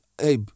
hey